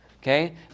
Okay